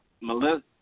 Melissa